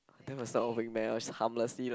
that was the oh wingman she harmlessly like